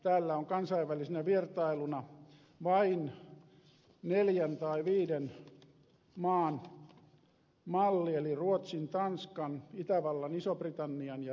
täällä on kansainvälisenä vertailuna vain neljän tai viiden maan malli eli ruotsin tanskan itävallan ison britannian ja ranskan